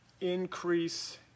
increase